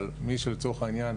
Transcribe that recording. אבל מי שלצורך העניין,